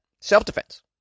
Self-defense